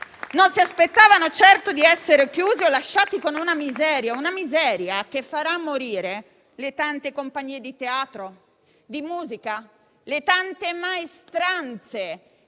Non si aspettavano certamente di essere chiusi o di essere lasciati con una miseria, che farà morire le tante compagnie di teatro e di musica, le tante maestranze,